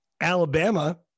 Alabama